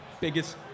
biggest